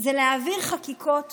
זה להעביר חקיקות